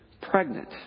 pregnant